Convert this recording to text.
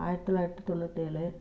ஆயிரத்தி தொள்ளாயிரத்தி தொண்ணூற்றேழு